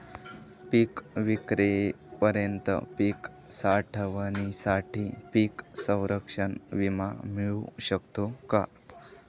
पिकविक्रीपर्यंत पीक साठवणीसाठी पीक संरक्षण विमा मिळू शकतो का?